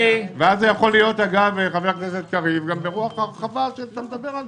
אז זה יכול להיות גם ברוח ההרחבה שחבר הכנסת קריב דיבר עליה.